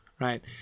Right